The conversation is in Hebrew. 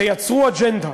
תייצרו אג'נדה.